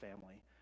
family